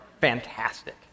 fantastic